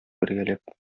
бергәләп